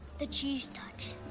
the cheese touch.